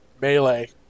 Melee